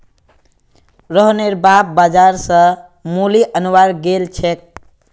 रोहनेर बाप बाजार स मूली अनवार गेल छेक